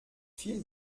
viel